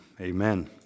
amen